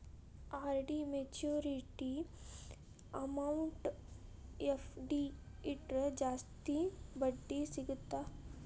RD maturity amount FD ಇಟ್ರ ಜಾಸ್ತಿ ಬಡ್ಡಿ ಸಿಗತ್ತಾ